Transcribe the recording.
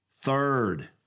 Third